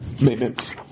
maintenance